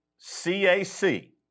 CAC